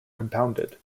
compounded